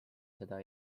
seda